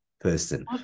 person